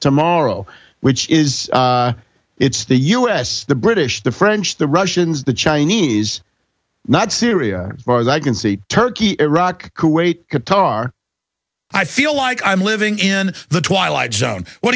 tomorrow which is it's the us the british the french the russians the chinese not syria far as i can see turkey iraq kuwait qatar i feel like i'm living in the twilight zone what